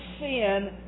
sin